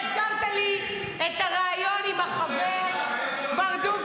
שהזכרת לי את הריאיון עם החבר ברדוגו.